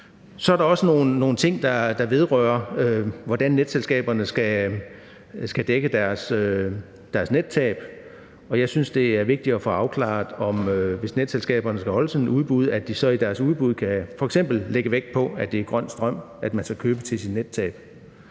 Så er der også nogle ting, der vedrører, hvordan netselskaberne skal dække deres nettab. Jeg synes, det er vigtigt at få afklaret, hvis netselskaberne skal afholde et sådant udbud, om de i deres udbud f.eks. kan lægge vægt på, at det er grøn strøm, man skal købe til sit nettab.